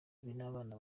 n’abana